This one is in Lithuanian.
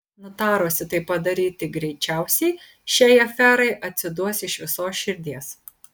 nutarusi tai padaryti greičiausiai šiai aferai atsiduos iš visos širdies